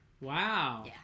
Wow